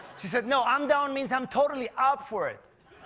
she said no, i'm down means i'm totally up for it.